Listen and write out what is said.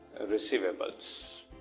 receivables